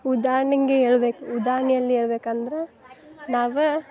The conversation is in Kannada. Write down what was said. ಉದಾಹರ್ಣೆ ಇಂಗಿ ಹೇಳ್ಬೇಕು ಉದಾಹರ್ಣೆಯಲ್ಲಿ ಹೇಳ್ಬೇಕ್ ಅಂದ್ರೆ ನಾವು